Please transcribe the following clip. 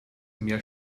mehr